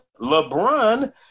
LeBron